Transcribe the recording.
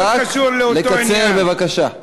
רק לקצר בבקשה.